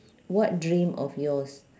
what dream of yours